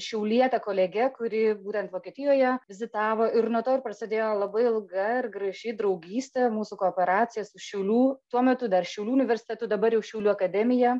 šiauliete kolege kuri būtent vokietijoje vizitavo ir nuo to ir prasidėjo labai ilga ir graži draugystė mūsų kooperacija su šiaulių tuo metu dar šiaulių universitetu dabar jau šiaulių akademija